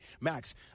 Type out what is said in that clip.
Max